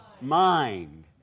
mind